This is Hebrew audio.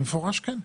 במפורש כן.